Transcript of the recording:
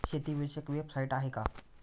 शेतीविषयक वेबसाइट आहे का?